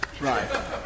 right